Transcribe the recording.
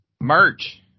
merch